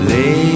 Lay